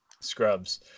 Scrubs